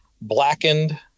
Blackened